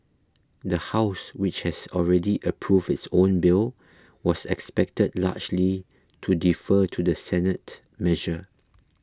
the house which has already approved its own bill was expected largely to defer to the Senate measure